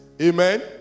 Amen